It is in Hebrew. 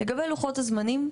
לגבי לוחות הזמנים,